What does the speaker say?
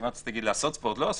כמעט רציתי להגיד לעשות ספורט או לא,